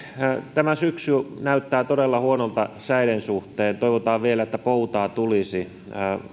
tämä syksy näyttää todella huonolta säiden suhteen toivotaan vielä että poutaa tulisi